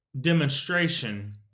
demonstration